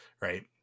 right